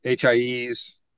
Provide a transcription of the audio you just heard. HIEs